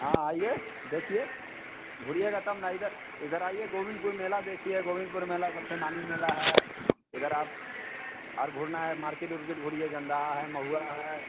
हाँ आइए देखिए घूरिएगा तब न इधर इधर आइए गोबिन्दपुर में मेला देखिए गोबिन्दपुर मेला सबसे नामी मेला है इधर आप और घूमना है मार्केट उरकेट घूमिए जनदाहा है महुवा है